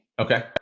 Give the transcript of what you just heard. Okay